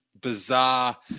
bizarre